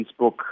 Facebook